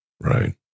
Right